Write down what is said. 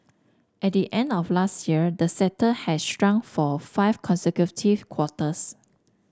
at the end of last year the sector had shrunk for five consecutive quarters